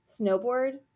snowboard